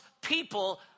people